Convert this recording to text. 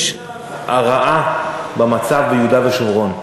יש הרעה במצב ביהודה ושומרון.